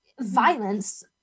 violence